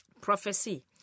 prophecy